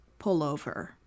pullover